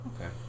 Okay